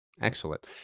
Excellent